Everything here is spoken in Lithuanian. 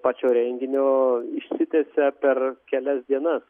pačio renginio išsitęsia per kelias dienas